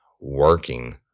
working